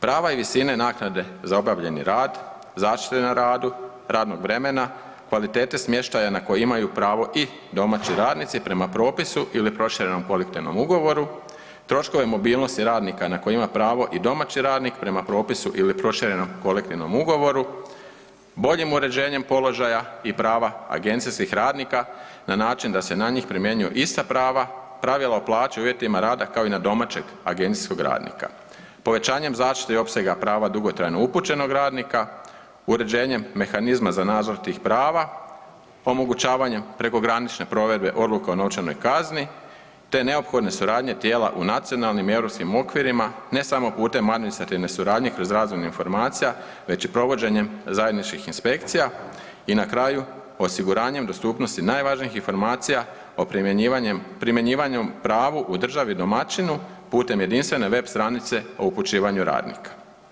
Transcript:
Prava i visine naknade za obavljeni rad, zaštite na radu, radnog vremena, kvalitete smještaja na koji imaju pravo i domaći radnici prema propisu ili proširenom kolektivnom ugovoru, troškove mobilnosti radnika na koji ima pravo i domaći radnik prema propisu ili proširenom kolektivnom ugovoru, boljim uređenjem položaja i prava agencijskih radnika na način da se na njih primjenjuju ista prava, pravila o plaći i uvjetima rada kao i na domaćeg agencijskog radnika, povećanjem zaštite i opsega prava dugotrajno upućenog radnika, uređenjem mehanizma za nadzor tih prava, omogućavanjem prekogranične provedbe odluka o novčanoj kazni te neophodne suradnje tijela u nacionalnim i europskim okvirima, ne samo putem administrativne suradnje kroz ... informacija već i provođenjem zajedničkih inspekcija, i na kraju, osiguranjem dostupnosti najvažnijih informacija o primjenjivanju pravu u državi domaćinu putem jedinstvene web stranice o upućivanju radnika.